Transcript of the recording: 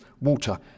water